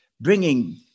bringing